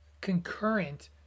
concurrent